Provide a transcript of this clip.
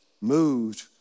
moved